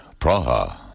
Praha